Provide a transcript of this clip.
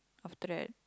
after that